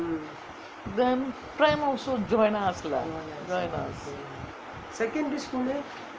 then friend also join us lah